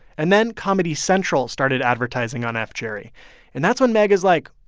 and then comedy central started advertising on fjerry. and that's when megh is like,